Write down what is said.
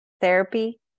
therapy